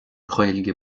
ghaeilge